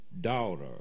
daughter